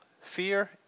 fear